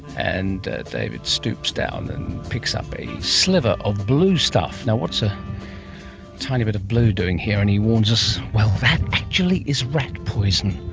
and david stoops down and picks up a sliver of blue stuff. now, what's a tiny bit blue doing here? and he warns us, well, that actually is rat poison.